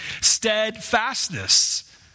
Steadfastness